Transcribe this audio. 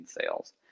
sales